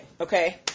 okay